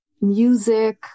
music